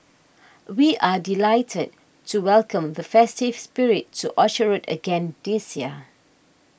we are delighted to welcome the festive spirit to Orchard Road again this year